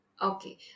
Okay